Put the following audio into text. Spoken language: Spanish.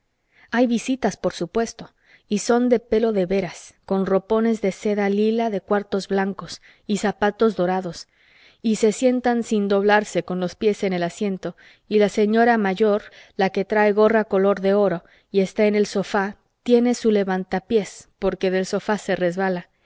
hay visitas por supuesto y son de pelo de veras con ropones de seda lila de cuartos blancos y zapatos dorados y se sientan sin doblarse con los pies en el asiento y la señora mayor la que trae gorra color de oro y está en el sofá tiene su levantapiés porque del sofá se resbala